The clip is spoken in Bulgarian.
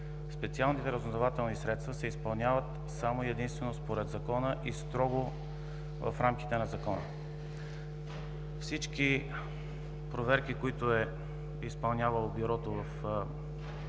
специалните разузнавателни средства се изпълняват само и единствено според закона и строго в рамките на закона. Всички проверки, които е изпълнявало Бюрото в рамките